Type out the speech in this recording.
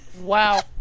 Wow